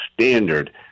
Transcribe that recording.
standard